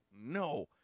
no